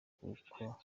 bw’uko